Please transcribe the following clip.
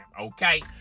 okay